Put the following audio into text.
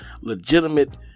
legitimate